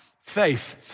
faith